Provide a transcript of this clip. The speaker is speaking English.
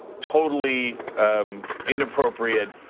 totally inappropriate.